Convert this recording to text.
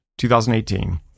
2018